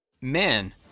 Men